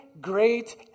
great